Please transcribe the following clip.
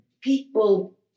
people